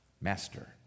Master